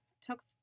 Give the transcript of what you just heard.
took